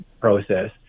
process